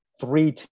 three